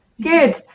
good